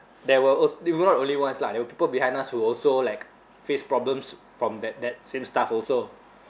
there were al~ we were not only ones lah there were people behind us who also like face problems from that that same stuff also